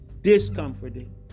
discomforted